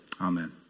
amen